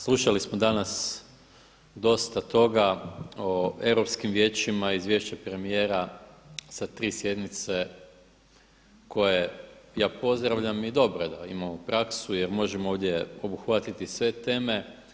Slušali smo danas dosta toga o europskim vijećima, izvješće premijera sa tri sjednice koje ja pozdravljam i dobro je da imamo praksu jer možemo ovdje obuhvatiti sve teme.